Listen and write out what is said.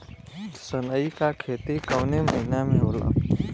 सनई का खेती कवने महीना में होला?